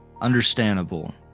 understandable